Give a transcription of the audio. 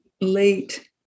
late